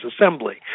assembly